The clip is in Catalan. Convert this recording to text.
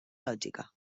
lògica